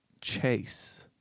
chase